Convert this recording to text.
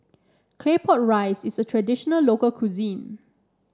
Claypot Rice is a traditional local cuisine